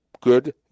good